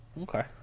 Okay